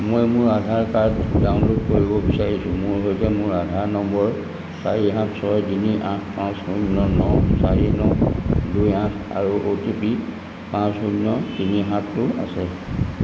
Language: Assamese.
মই মোৰ আধাৰ কাৰ্ড ডাউনল'ড কৰিব বিচাৰিছোঁ মোৰ সৈতে মোৰ আধাৰ নম্বৰ চাৰি সাত ছয় তিনি আঠ পাঁচ শূন্য ন চাৰি ন দুই আঠ আৰু অ' টি পি পাঁচ শূন্য তিনি সাতটো আছে